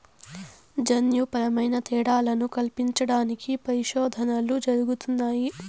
జన్యుపరమైన తేడాలను కల్పించడానికి పరిశోధనలు జరుగుతున్నాయి